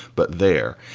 but they're.